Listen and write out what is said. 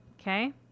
Okay